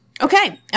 Okay